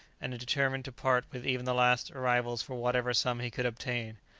and determined to part with even the last arrivals for whatever sum he could obtain.